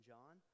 John